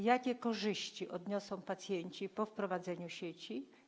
Jakie korzyści odniosą pacjenci po wprowadzeniu sieci?